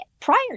prior